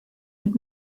mit